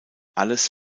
alles